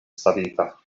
savita